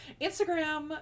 Instagram